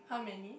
how many